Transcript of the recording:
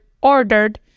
ordered